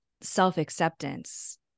self-acceptance